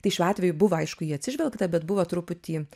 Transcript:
tai šiuo atveju buvo aiškuį jį atsižvelgta bet buvo truputį